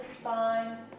spine